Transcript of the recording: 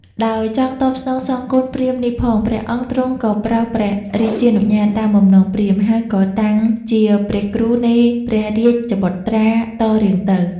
ដោយចង់តបស្នងសងគុណព្រាហ្មណ៍នេះផង ព្រះអង្គទ្រង់ក៏ប្រោសព្រះរាជានុញ្ញាត តាមបំណងព្រាហ្មណ៍ ហើយក៏តាំងជាព្រះគ្រូនៃព្រះរាជបុត្រាតរៀងទៅ ។